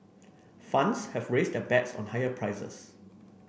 funds have raised their bets on higher prices